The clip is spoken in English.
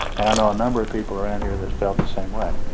and i know a number of people around here that felt the same way.